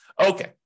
Okay